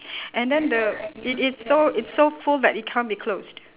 and then the it it's so it's so full that it can't be closed